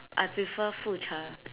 I prefer fu cha